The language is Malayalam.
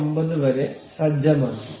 49 വരെ സജ്ജമാക്കി